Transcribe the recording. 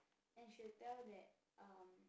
and she will tell that uh